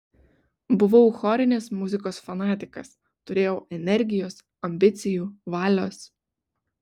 buvau chorinės muzikos fanatikas turėjau energijos ambicijų valios